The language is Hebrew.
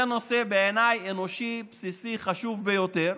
בעיניי, זה נושא אנושי בסיסי וחשוב ביותר.